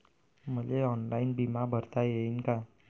मले ऑनलाईन बिमा भरता येईन का?